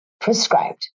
prescribed